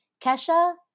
Kesha